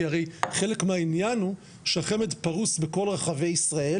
כי הרי חלק מהעניין הוא שהחמ"ד פרוס בכל רחבי ישראל